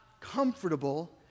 comfortable